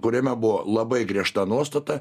kuriame buvo labai griežta nuostata